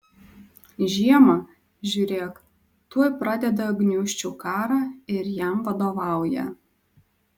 žiemą žiūrėk tuoj pradeda gniūžčių karą ir jam vadovauja